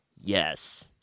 Yes